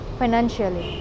financially